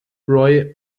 roy